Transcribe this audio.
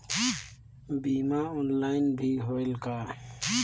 बीमा ऑनलाइन भी होयल का?